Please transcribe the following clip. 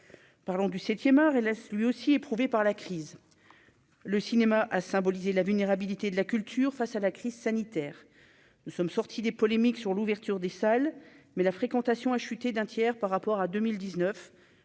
parlons du 7ème art et laisse lui aussi éprouvé par la crise, le cinéma a symbolisé la vulnérabilité de la culture face à la crise sanitaire, nous sommes sortis des polémiques sur l'ouverture des salles mais la fréquentation a chuté d'un tiers par rapport à 2019,